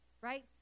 Right